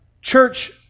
church